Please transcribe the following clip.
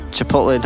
Chipotle